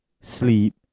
sleep